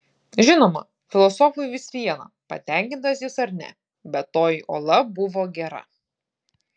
žinoma filosofui vis viena patenkintas jis ar ne bet toji ola buvo gera